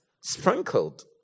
sprinkled